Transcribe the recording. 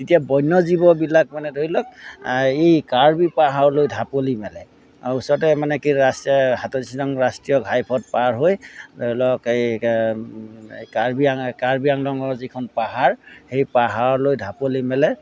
তেতিয়া বন্য জীৱবিলাক মানে ধৰি লওক এই কাৰ্বি পাহাৰলৈ ঢাপলি মেলে ওচৰতে মানে কি ৰাষ্ট্ৰীয় সাতত্ৰিশ নং ৰাষ্ট্ৰীয় ঘাইপথ পাৰ হৈ ধৰি লওক এই কাৰ্বিআং কাৰ্বি আংলং যিখন পাহাৰ সেই পাহাৰলৈ ঢাপলি মেলে